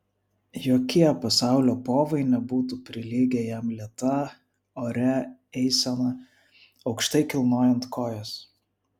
jokie pasaulio povai nebūtų prilygę jam lėta oria eisena aukštai kilnojant kojas